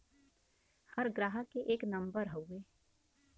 हर ग्राहक के एक नम्बर हउवे